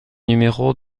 numéro